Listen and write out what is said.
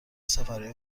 سفرهای